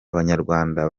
abanyarwanda